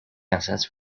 assets